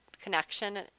connection